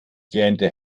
gähnte